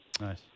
Nice